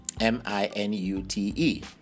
M-I-N-U-T-E